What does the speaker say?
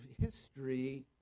history